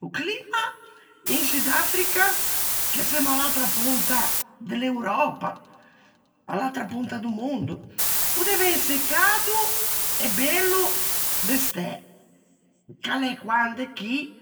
O climma in Sud Africa, che semmo à l'atra ponta de l'Europa, à l'atra ponta do mondo, o dev'ëse cado e bello de stæ, che a l'é quande chì